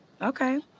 Okay